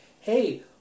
hey